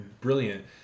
brilliant